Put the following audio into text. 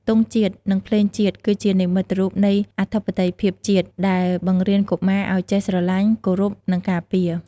ទង់ជាតិ និងភ្លេងជាតិ គឺជានិមិត្តរូបនៃអធិបតេយ្យភាពជាតិ ដែលបង្រៀនកុមារឲ្យចេះស្រឡាញ់ គោរព និងការពារ។